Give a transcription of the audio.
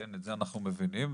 את זה אנחנו מבינים,